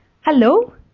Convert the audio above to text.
Hello